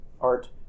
art